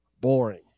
Boring